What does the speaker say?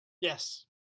Yes